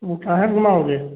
वो काहे से घुमाओगे